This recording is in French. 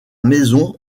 maison